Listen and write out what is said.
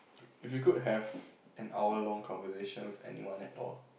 if you could have an hour long conversation with anyone at all